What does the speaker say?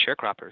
sharecroppers